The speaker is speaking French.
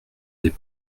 des